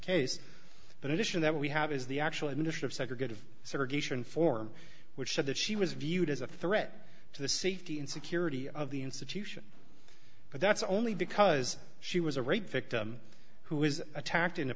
case but it isn't that we have is the actual admission of segregated segregation form which said that she was viewed as a threat to the safety and security of the institution but that's only because she was a rape victim who was attacked in a